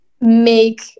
make